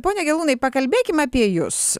pone gelūnai pakalbėkim apie jus